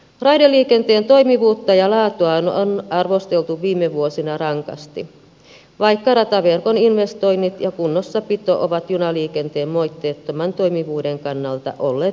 raideliikenteen toimivuutta ja laatua on arvosteltu viime vuosina rankasti vaikka rataverkon investoinnit ja kunnossapito ovat junaliikenteen moitteettoman toimivuuden kannalta olleet riittämättömät